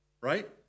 right